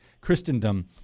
Christendom